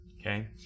Okay